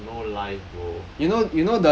oh no life bro